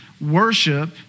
worship